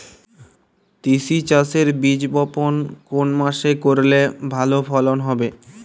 তিসি চাষের বীজ বপন কোন মাসে করলে ভালো ফলন হবে?